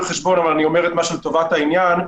חשבון אבל אני אומר משהו לטובת העניין.